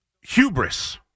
hubris